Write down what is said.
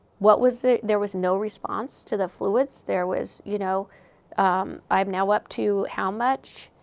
what was it? there was no response to the fluids? there was you know um i'm now up to, how much?